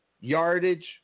Yardage